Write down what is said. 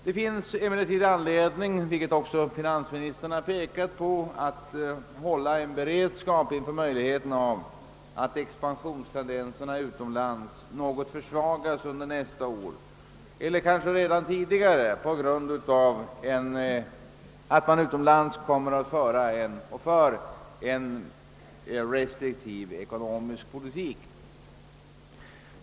Det finns emellertid anledning, vilket också finansministern pekat på, att upprätthålla en beredskap inför möjligheten av att expansionstendenserna utomlands något försvagas under nästa år eller kanske redan tidigare på grund av att man utomlands för och kommer att föra en restriktiv ekonomisk politik.